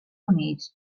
units